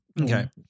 Okay